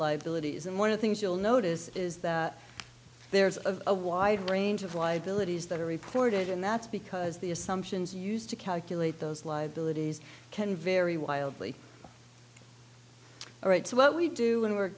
liabilities and one of things you'll notice is that there's a a wide range of liabilities that are reported and that's because the assumptions used to calculate those liabilities can vary wildly all right so what we do when we're